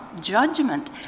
judgment